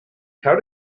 how